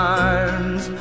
arms